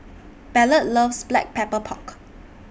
Ballard loves Black Pepper Pork